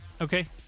Okay